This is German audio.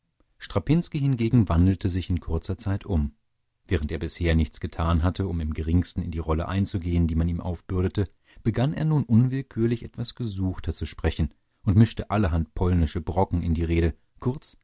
strapinski hingegen wandelte sich in kurzer zeit um während er bisher nichts getan hatte um im geringsten in die rolle einzugehen die man ihm aufbürdete begann er nun unwillkürlich etwas gesuchter zu sprechen und mischte allerhand polnische brocken in die rede kurz